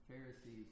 Pharisees